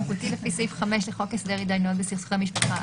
לפי סעיף 5 לחוק להסדר התדיינויות בסכסוכי משפחה,